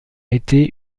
été